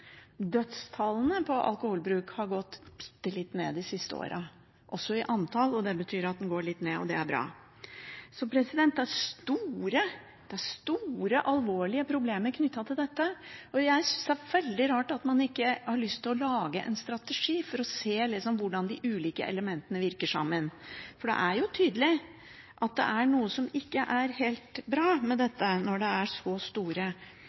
Dødstallene på alkoholbruk har gått bittelitt ned de siste årene. Det betyr at det går litt ned ‒ og det er bra. Det er store, alvorlige problemer knyttet til dette, og jeg synes det er veldig rart at man ikke har lyst til å lage en strategi for å se hvordan de ulike elementene virker sammen, for det er jo tydelig at det er noe som ikke er helt bra med dette, når det er så store